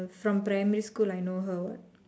from primary school I know her what